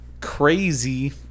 crazy